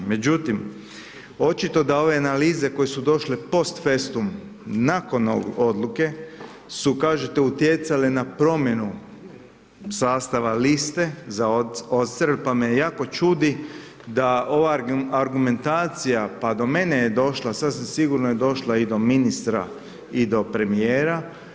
Međutim, očito da ove analize koje su došle post festum nakon ove odluke su, kažete, utjecale na promjenu sastava liste za odstrel pa me jako čudi da ova argumentacija, pa do mene je došla, sasvim sigurno je došla i do ministra i do premijera.